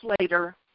later